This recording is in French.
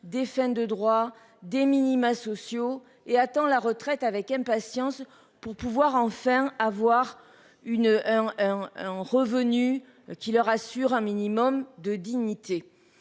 des fins de droits des minima sociaux et attends la retraite avec impatience pour pouvoir enfin avoir une. En. Revenu qui leur assure un minimum de dignité